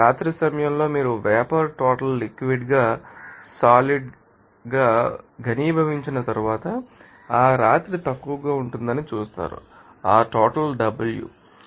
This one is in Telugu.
రాత్రి సమయంలో మీరు వేపర్ టోటల్ లిక్విడ్ ంగా సాలిడ్ గని భవించిన తరువాత ఆ రాత్రి తక్కువగా ఉంటుందని చూస్తారు ఆ టోటల్ W